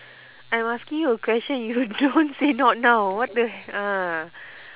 I'm asking you a question you don't say not now what the ah